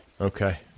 Okay